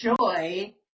joy